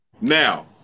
Now